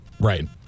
Right